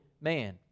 man